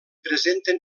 presenten